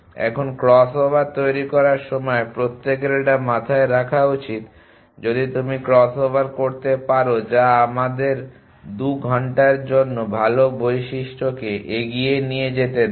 এখন crossover তৈরি করার সময় প্রত্যেকের এটা মাথায় রাখা উচিত যদি তুমি ক্রস ওভার করতে পারো যা আমাদের 2 ঘন্টার জন্য ভালো বৈশিষ্ট্যকে এগিয়ে নিতে যেতে দেয়